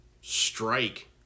strike